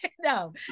no